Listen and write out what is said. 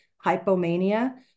hypomania